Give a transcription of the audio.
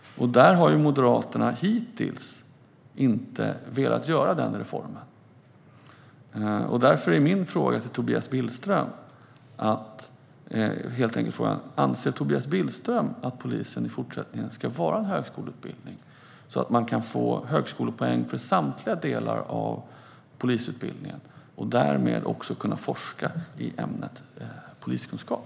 Moderaterna har hittills inte velat göra den reformen. Därför är min fråga till Tobias Billström: Anser Tobias Billström att polisutbildningen i fortsättningen ska vara en högskoleutbildning så att man kan få högskolepoäng för samtliga delar av polisutbildningen och därmed också kunna forska i ämnet poliskunskap?